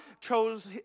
chose